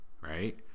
Right